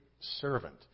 servant